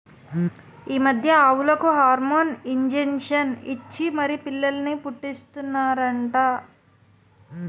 ఈ మధ్య ఆవులకు హార్మోన్ ఇంజషన్ ఇచ్చి మరీ పిల్లల్ని పుట్టీస్తన్నారట